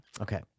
Okay